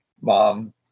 mom